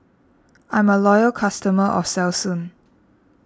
I'm a loyal customer of Selsun